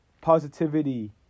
positivity